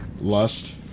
Lust